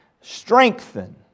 strengthen